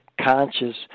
conscious